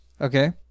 okay